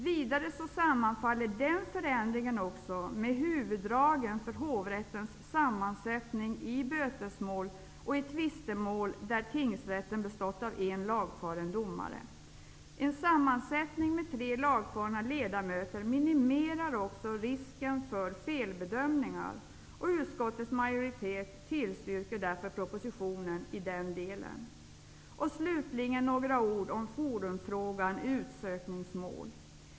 Vidare sammanfaller den förändringen med huvuddragen för hovrättens sammansättning i bötesmål och i tvistemål där tingsrätten bestått av en lagfaren domare. En sammansättning med tre lagfarna ledamöter minimerar också risken för felbedömningar, och utskottets majoritet tillstyrker därför propositionen i denna del. Slutligen några ord om forumfrågan i utsökningsmål.